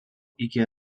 iki